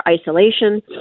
isolation